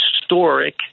historic